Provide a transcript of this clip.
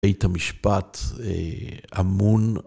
בית המשפט אמון